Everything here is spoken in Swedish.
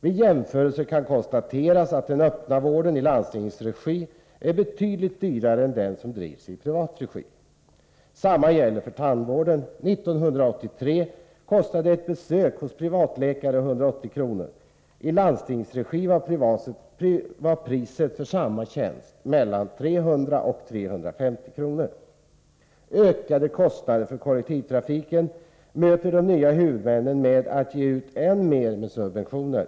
Vid en jämförelse kan man konstatera att den öppna vården i landstingens regi är betydligt dyrare än den som drivs i privat regi. Samma gäller för tandvården. År 1983 kostade ett besök hos privatläkare 180 kr. I landstingsregi var priset för samma tjänst 300-350 kr. Ökade kostnader för kollektivtrafiken möter de nya huvudmännen med att ge ut än mer subventioner.